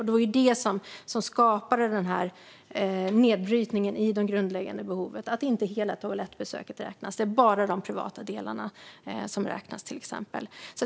Det var det som skapade den här nedbrytningen av de grundläggande behoven, till exempel att inte hela toalettbesöket räknas utan bara de privata delarna.